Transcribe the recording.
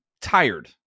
tired